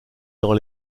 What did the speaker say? dans